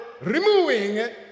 removing